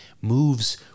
moves